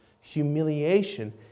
humiliation